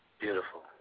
beautiful